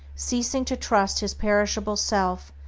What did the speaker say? ceasing to trust his perishable self,